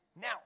Now